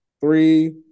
three